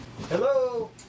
Hello